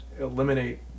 Eliminate